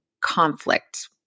conflict